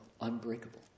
unbreakable